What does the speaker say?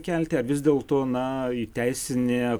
kelti ar vis dėlto na įteisinę